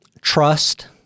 trust